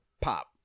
Pop